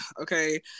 okay